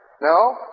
No